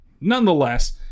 nonetheless